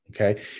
okay